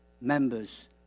members